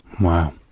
Wow